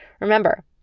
Remember